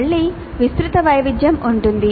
మళ్ళీ విస్తృత వైవిధ్యం ఉంటుంది